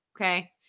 Okay